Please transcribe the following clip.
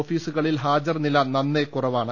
ഓഫീസുകളിൽ ഹാജർനില നന്നേ കുറവാണ്